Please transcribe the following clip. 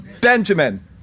Benjamin